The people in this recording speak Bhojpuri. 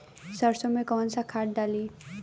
सरसो में कवन सा खाद डाली?